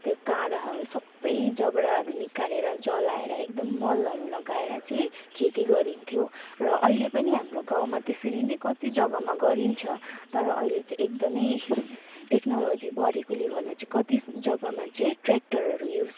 त्यो काँडाहरू सबै जबडाहरू निकालेर जलाएर एकदम मलहरू लगाएर चाहिँ खेती गरिन्थ्यो र अहिले पनि हाम्रो गाउँमा त्यसरी नै कति जग्गामा गरिन्छ तर अहिले चाहिँ एकदमै टेक्नोलोजी बढेकोले गर्दा चाहिँ कति जग्गामा चाहिँ ट्रेक्टरहरू युज